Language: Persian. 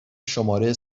شماره